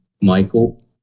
michael